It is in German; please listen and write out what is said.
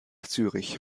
zürich